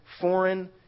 foreign